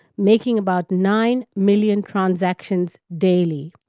making about nine million transactions daily.